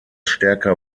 stärker